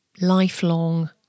lifelong